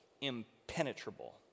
impenetrable